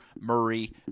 Murray